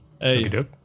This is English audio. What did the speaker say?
Hey